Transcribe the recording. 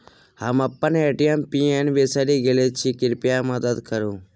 हम अप्पन ATM PIN बिसरि गेल छी कृपया मददि करू